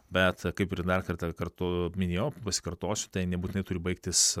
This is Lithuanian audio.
bet kaip ir dar kartą kartu minėjau pasikartosiu tai nebūtinai turi baigtis